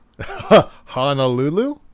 Honolulu